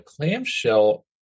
clamshell